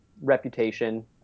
reputation